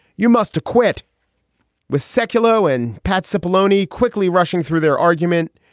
you must acquit with secular win pats apollonia quickly rushing through their argument.